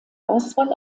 auswahl